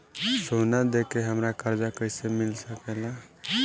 सोना दे के हमरा कर्जा कईसे मिल सकेला?